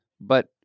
but-